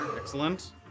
Excellent